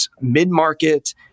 mid-market